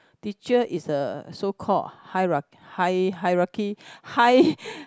teacher is a so called hierar~ hie~ hierarchy hie~